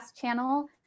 channel